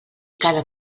cada